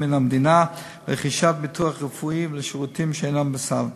מן המדינה לרכישת ביטוח רפואי לשירותים שאינם בסל,